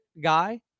guy